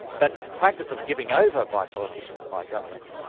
that practice of giving over by politicians, by governments,